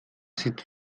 sieht